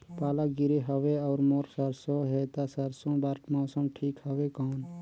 पाला गिरे हवय अउर मोर सरसो हे ता सरसो बार मौसम ठीक हवे कौन?